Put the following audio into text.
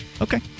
Okay